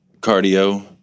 cardio